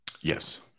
Yes